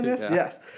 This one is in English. yes